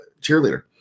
cheerleader